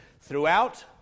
throughout